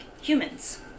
humans